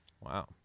Wow